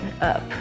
up